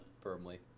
firmly